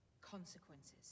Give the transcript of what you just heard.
consequences